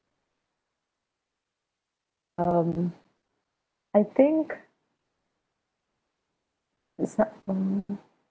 um I think it's not mm